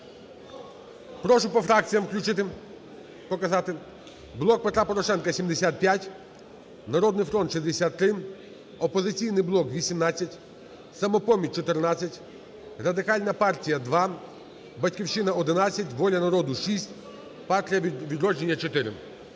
Прошу по фракціям включити, показати. "Блок Петра Порошенка" – 75, "Народний фронт" – 63, "Опозиційний блок" – 18, "Самопоміч" – 14, Радикальна партія – 2, "Батьківщина" – 11, "Воля народу" – 6, "Партія "Відродження" –